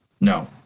No